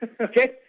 Okay